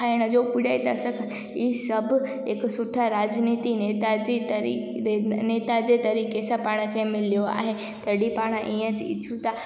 खाइण जो पुॼाए था सघनि ई सभु हिकु सुठा राजनीति नेता जे तरी नेता जे तरीक़े सां पाण खे मिलियो आहे तॾहिं पाणि इअं चई चऊं था